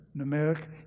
numeric